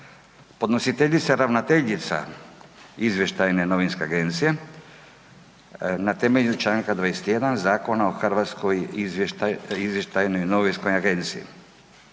Podnositeljica ravnateljica Izvještajne novinske agencije na temelju čl. 21. Zakona o Hrvatskoj izvještajnoj novinskoj agenciji.